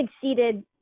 succeeded